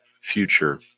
future